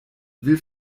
will